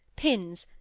pins,